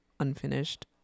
unfinished